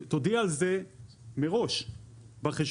תודיע על זה מראש בחשבונית.